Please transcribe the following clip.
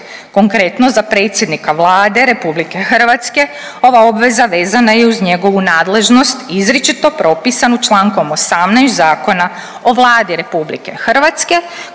Konkretno za predsjednica Vlade RH ova obveza vezana je i uz njegovu nadležnost izričito propisanu Člankom 18. Zakona o Vladi RH kojim je